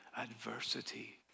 Adversity